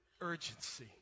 urgency